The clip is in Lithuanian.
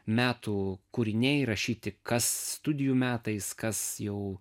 metų kūriniai rašyti kas studijų metais kas jau